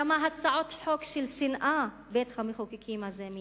כמה הצעות חוק של שנאה בית-המחוקקים הזה מייצר.